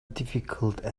difficulties